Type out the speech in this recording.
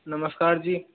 नमस्कार जी